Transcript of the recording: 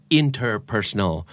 interpersonal